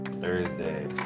Thursday